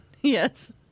yes